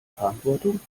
verantwortung